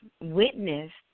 witnessed